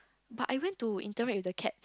but I went to interact with the cat